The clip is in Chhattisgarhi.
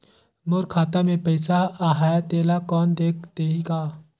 मोर खाता मे पइसा आहाय तेला कोन देख देही गा?